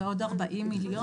ועוד 40 מיליון.